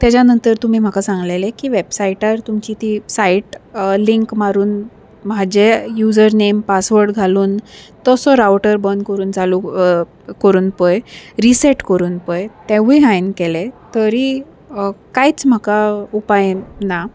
तेज्या नंतर तुमी म्हाका सांगलेलें की वेबसायटार तुमची ती सायट लिंक मारून म्हाजे युझर नेम पासवर्ड घालून तसो रावटर बंद करून चालू करून पय रिसेट करून पय तेवूय हांयेन केलें तरी कांयच म्हाका उपाय ना